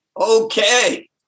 Okay